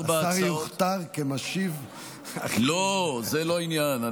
השר יוכתר כמשיב, לא, זה לא העניין.